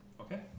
Okay